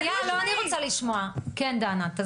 שנייה, אני רוצה לשמוע, כן דנה תסבירי לי.